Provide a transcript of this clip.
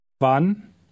Wann